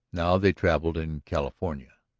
now they travelled in california.